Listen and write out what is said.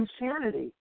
insanity